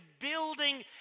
building